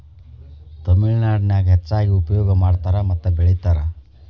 ತಮಿಳನಾಡಿನ್ಯಾಗ ಹೆಚ್ಚಾಗಿ ಉಪಯೋಗ ಮಾಡತಾರ ಮತ್ತ ಬೆಳಿತಾರ